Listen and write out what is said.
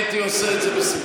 הייתי עושה את זה בשמחה.